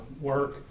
work